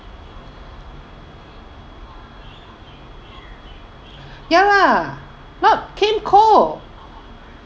ya lah not came cold